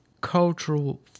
cultural